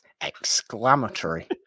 exclamatory